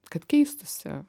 kad keistųsi